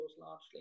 largely